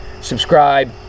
Subscribe